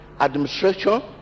administration